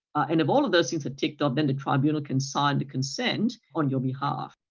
and if all of those things are ticked off, then the tribunal can sign the consent on your behalf.